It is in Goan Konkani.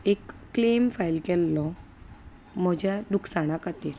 एक क्लेम फायल केल्लो म्हज्या नुकसाणा खातीर